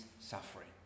suffering